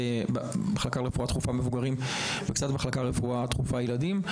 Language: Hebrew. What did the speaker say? במחלקה לרפואה דחופה מבוגרים ורפואה דחופה ילדים.